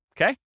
okay